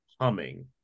humming